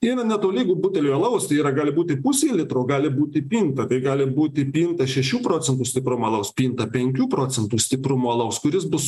yra netolygu buteliui alaus tai yra gali būti pusė litro gali būti pinta tai gali būti pinta šešių procentų stiprumo alaus spinta penkių procentų stiprumo alaus kuris bus